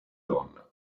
donna